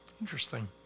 interesting